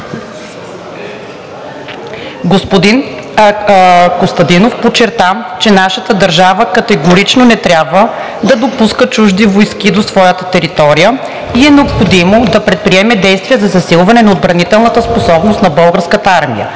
„Господин Костадинов подчерта, че нашата държава категорично не трябва да допуска чужди войски до своята територия и е необходимо да предприеме действия за засилване на отбранителната способност на Българската армия